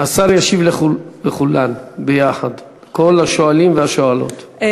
השר ישיב לכל השואלים והשואלות יחד.